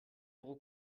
pro